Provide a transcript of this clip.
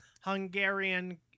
Hungarian